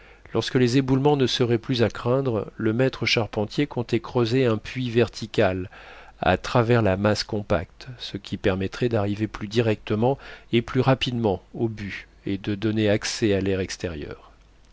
lorsque les éboulements ne seraient plus à craindre le maître charpentier comptait creuser un puits vertical à travers la masse compacte ce qui permettrait d'arriver plus directement et plus rapidement au but et de donner accès à l'air extérieur